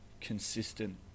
consistent